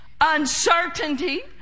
uncertainty